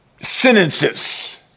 sentences